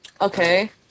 okay